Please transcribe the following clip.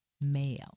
male